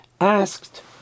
asked